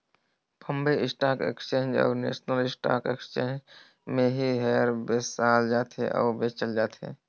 Bombay stock exchange अउ national stock exchange में ही सेयर बेसाल जाथे अउ बेंचल जाथे